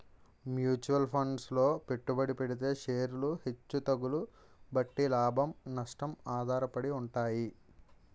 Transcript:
mutual funds లో పెట్టుబడి పెడితే షేర్లు హెచ్చు తగ్గుల బట్టి లాభం, నష్టం ఆధారపడి ఉంటాయి